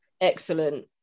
excellent